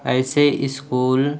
ایسے اسکول